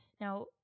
Now